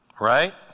right